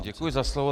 Děkuji za slovo.